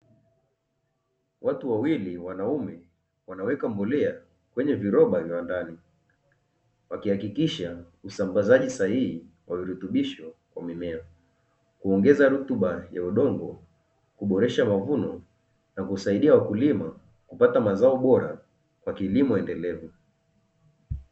Watu wawili wanaume wanaweka viroba kwenye mbolea ndani, wakihakikisha usambazaji sahihi wa virutubisho ya mimea, kuongeza rutuba ya udongo, kuboresha mavuno, na kusaidia wakulima kupata mazao bora kwa kilimo endelevu.